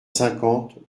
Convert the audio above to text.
cinquante